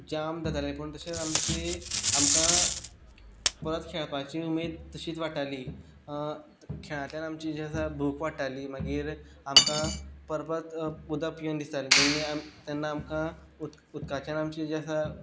जाम जाताले पूण तशीच आमची आमकां परत खेळपाची उमेद तशीच वाडटाली खेळांतल्यान आमचे जे आसा भूक वाडटाली मागीर आमकां पर परत उदक पियेन दिसतालें तेन्ना आमकां उद उदकाचेर आमचें जें आसा